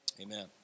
amen